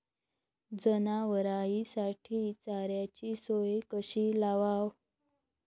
जनावराइसाठी चाऱ्याची सोय कशी लावाव?